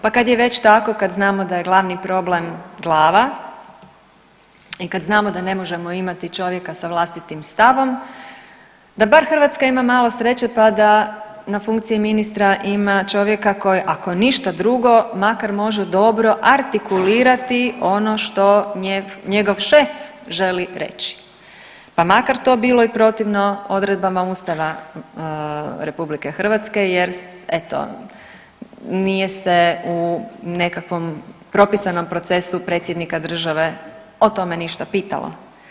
Pa kad je već tako, kad znamo da je glavni problem glava i kad znamo da ne možemo imati čovjeka sa vlastitim stavom da bar Hrvatska ima malo sreće pa da na funkciji ministra ima čovjeka koji ako ništa drugo makar može dobro artikulirati ono što njegov šef želi reći pa makar to bilo i protivno odredbama Ustava RH jer eto nije se u nekakvom propisanom procesu predsjednika države o tome ništa pitalo.